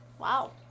Wow